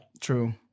true